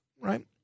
right